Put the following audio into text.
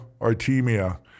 Artemia